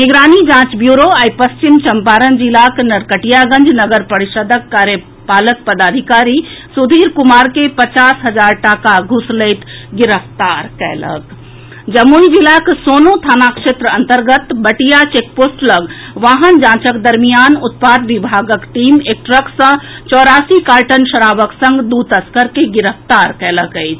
निगरानी जांच ब्यूरो आइ पश्चिम चंपारण जिलाक नरकटियागंज नगर परिषद्क कार्यपालक पदाधिकारी सुधीर कुमार कें पचास हजार टाका घूस लैत गिरफ्तार कयलक जमुई जिलाक सोनो थाना क्षेत्र अंतर्गत बटिया चेकपोस्ट लऽग वाहन जांचक दरमियान उत्पाद विभागक टीम एक ट्रक सॅ चौरासी कार्टन शराबक संग दू तस्कर के गिरफ्तार कयलक अछि